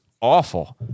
awful